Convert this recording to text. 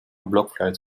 blokfluit